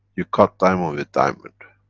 you cut diamond with diamond.